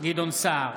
גדעון סער,